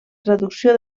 traducció